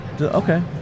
Okay